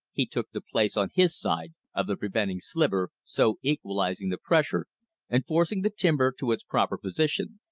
he took the place, on his side, of the preventing sliver, so equalizing the pressure and forcing the timber to its proper position.